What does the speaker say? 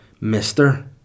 mister